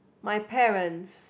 my parents